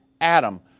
Adam